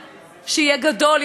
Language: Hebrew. יהיה נפיץ יותר,